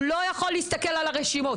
הוא לא יכול להסתכל על הרשימות,